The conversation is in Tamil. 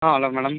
ah hello madam